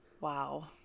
wow